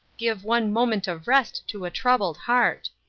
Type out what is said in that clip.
give one moment of rest to a troubled heart.